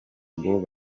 ngo